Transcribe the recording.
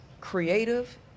creative